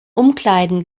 umkleiden